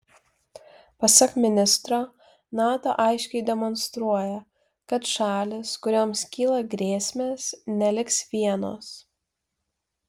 pasak ministro nato aiškiai demonstruoja kad šalys kurioms kyla grėsmės neliks vienos